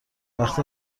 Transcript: وقتی